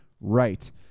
right